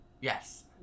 Yes